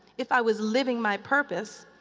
if i was living my purpose,